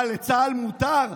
מה, לצה"ל מותר?